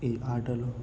ఈ ఆటలో